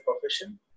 profession